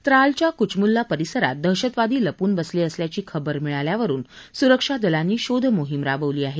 त्रालच्या कुचमुल्ला परिसरात दहशतवादी लपून बसले असल्याची खबर मिळल्यावरुन सुरक्षा दलांनी शोध माहीम राबवली आहे